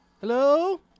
Hello